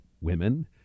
women